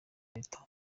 leta